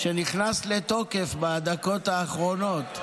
שנכנס לתוקף בדקות האחרונות.